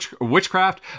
Witchcraft